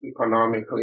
economically